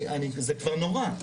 זה כבר נורא.